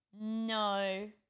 No